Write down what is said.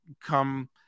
come